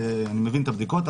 אני מבין את הבדיקות,